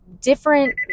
different